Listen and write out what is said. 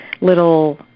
little